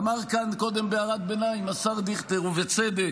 אמר כאן קודם בהערת ביניים השר דיכטר, ובצדק,